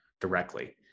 directly